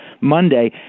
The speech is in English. Monday